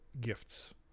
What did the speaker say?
gifts